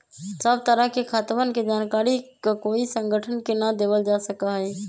सब तरह के खातवन के जानकारी ककोई संगठन के ना देवल जा सका हई